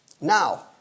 Now